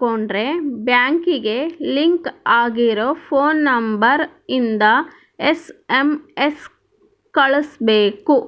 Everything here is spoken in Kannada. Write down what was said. ಕಳುದ್ರೆ ಬ್ಯಾಂಕಿಗೆ ಲಿಂಕ್ ಆಗಿರ ಫೋನ್ ನಂಬರ್ ಇಂದ ಎಸ್.ಎಮ್.ಎಸ್ ಕಳ್ಸ್ಬೆಕು